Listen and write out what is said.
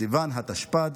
בסיוון התשפ"ד,